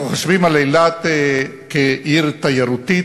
אנחנו חושבים על אילת כעיר תיירותית,